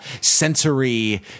sensory